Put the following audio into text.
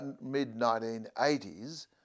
mid-1980s